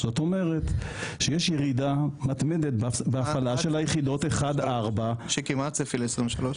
זאת אומרת שיש ירידה מתמדת בהפעלה של היחידות 1-4. מה הצפי ל-2023?